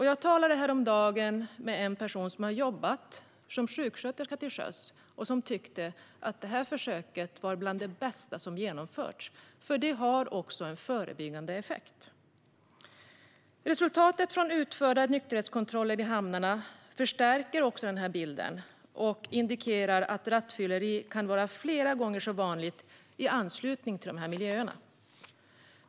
Jag talade häromdagen med en person som har jobbat som sjuksköterska till sjöss och som tyckte att detta försök var bland det bästa som har genomförts, eftersom det också har en förebyggande effekt. Resultatet från utförda nykterhetskontroller i hamnarna förstärker denna bild och indikerar att rattfylleri kan vara flera gånger så vanligt i anslutning till dessa miljöer.